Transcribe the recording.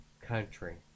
country